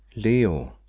leo,